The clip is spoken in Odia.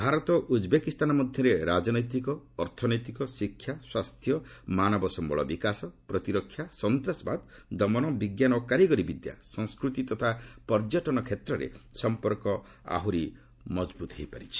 ଭାରତ ଉଜ୍ବେକିସ୍ତାନ ମଧ୍ୟରେ ରାଜନୈତିକ ଅର୍ଥନୈତିକ ଶିକ୍ଷା ସ୍ୱାସ୍ଥ୍ୟ ମାନବସ୍ୟଳ ବିକାଶ ପ୍ରତିରକ୍ଷା ସନ୍ତାସବାଦ ଦମନ ବିଜ୍ଞାନ ଓ କାରିଗରି ବିଦ୍ୟା ସଂସ୍କୃତି ଓ ପର୍ଯ୍ୟଟନ କ୍ଷେତ୍ରରେ ସମ୍ପର୍କ ଆହୁରି ମଜଭୁତ ହୋଇଛି